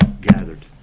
gathered